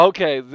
Okay